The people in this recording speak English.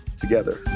together